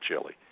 chili